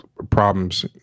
problems